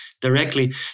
directly